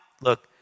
look